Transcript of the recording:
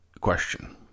question